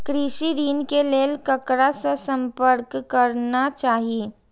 कृषि ऋण के लेल ककरा से संपर्क करना चाही?